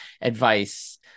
advice